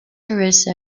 therese